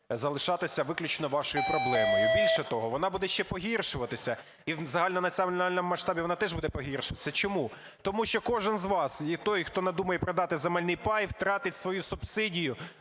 залишатися виключно вашою проблемою. Більше того, вона буде ще погіршуватися, і в загальнонаціональному масштабі вона буде теж погіршуватися. Чому? Тому що кожний з вас, той, хто надумає продати земельний пай, втратить свою субсидію